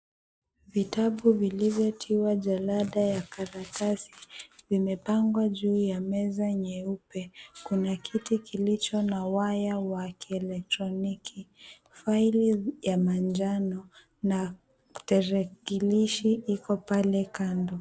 Vitabu vilivyotiwa jalada ya karatasi, vimepangwa juu ya meza nyeupe. Kuna kiti kilicho na waya wa kielektroniki. Faili ya manjano na tarakilishi iko pale kando.